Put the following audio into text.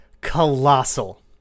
colossal